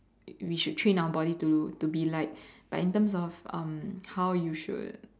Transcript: we should train our body to be like but in terms of how you should